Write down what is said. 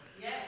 Yes